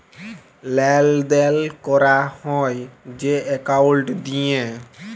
লেলদেল ক্যরা হ্যয় যে একাউল্ট দিঁয়ে